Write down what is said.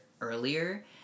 earlier